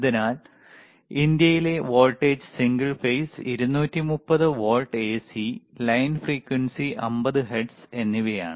അതിനാൽ ഇന്ത്യയിലെ voltage single phase 230 volt AC line frequency 50 hertz എന്നിവയാണ്